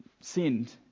sinned